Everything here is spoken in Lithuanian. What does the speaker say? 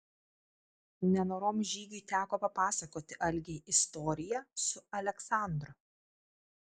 nenorom žygiui teko papasakoti algei istoriją su aleksandru